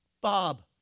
Bob